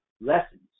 lessons